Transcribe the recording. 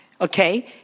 Okay